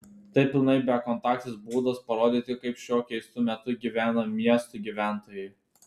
tai pilnai bekontaktis būdas parodyti kaip šiuo keistu metu gyvena miestų gyventojai